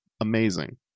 amazing